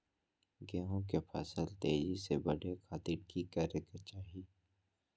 गेहूं के फसल तेजी से बढ़े खातिर की करके चाहि?